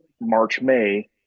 March-May